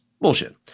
bullshit